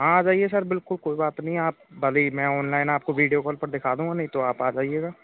आ जाइए सर बिल्कुल कोई बात नहीं आप कभी मैं ऑनलाइन आपको वीडियो कॉल पर दिखा दूँ नहीं तो आप आ जाइएगा